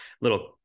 little